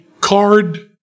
card